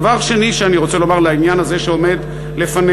דבר שני שאני רוצה לומר לעניין הזה שעומד לפנינו,